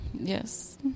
yes